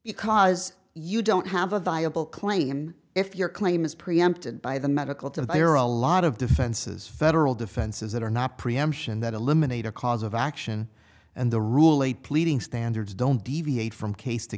because you don't have a viable claim if your claim is preempted by the medical to fire a lot of defenses federal defenses that are not preemption that eliminate a cause of action and the rule laid pleading standards don't deviate from case t